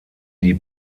die